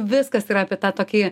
viskas yra apie tą tokį